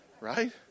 right